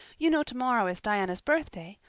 you know tomorrow is diana's birthday.